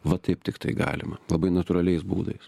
va taip tiktai galima labai natūraliais būdais